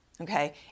okay